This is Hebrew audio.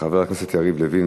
חבר הכנסת יריב לוין.